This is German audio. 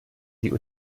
die